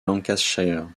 lancashire